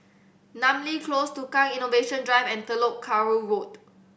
Namly Close Tukang Innovation Drive and Telok Kurau Road